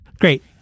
Great